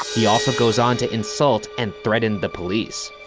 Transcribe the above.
he also goes on to insult and threaten the police.